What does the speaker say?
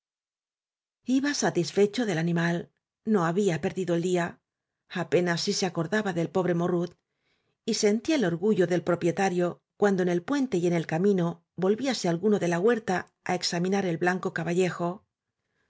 iba satisfecho del animal no había per dido el día apenas si se acordaba del pobre morrut y sentía el orgullo del propietario cuando en el puente y en el camino volvíase alguno de la huerta á examinar el blanco